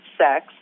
sex